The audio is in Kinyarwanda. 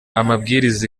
amabwiriza